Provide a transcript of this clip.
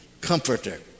comforter